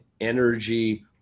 energy